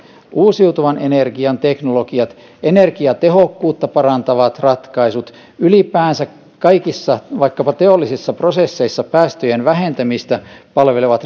uusiutuvan energian teknologioita energiatehokkuutta parantavia ratkaisuja ylipäänsä kaikissa vaikkapa teollisissa prosesseissa päästöjen vähentämistä palvelevia